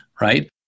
right